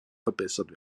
verbessert